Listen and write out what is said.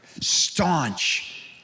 staunch